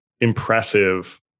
impressive